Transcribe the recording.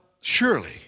surely